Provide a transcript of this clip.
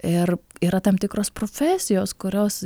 ir yra tam tikros profesijos kurios